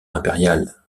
impériales